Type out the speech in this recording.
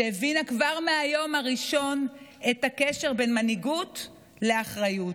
שהבינה כבר מהיום הראשון את הקשר בין מנהיגות לאחריות.